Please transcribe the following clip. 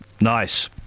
Nice